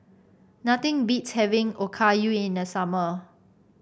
nothing beats having Okayu in the summer